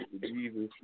Jesus